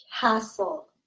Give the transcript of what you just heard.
Castle